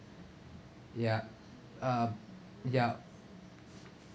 yup uh yup